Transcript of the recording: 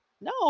no